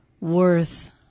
worth